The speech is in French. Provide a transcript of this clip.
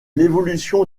l’évolution